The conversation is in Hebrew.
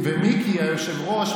ומיקי היושב-ראש בכלל,